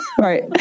right